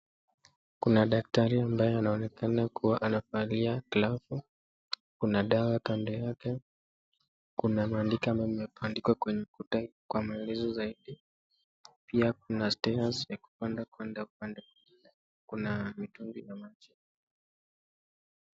Kuna daktari ambaye anaonekana kuwa anavalia glavu kuna dawa kando yake kuna maandiko imebandikwa kwenye ukuta kwa maelezo zaidi, pia kuna (cs)stairs(cs) ya kupanda kwenda upande wa juu pia kuna mitungi ya maji.